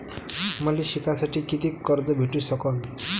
मले शिकासाठी कितीक कर्ज भेटू सकन?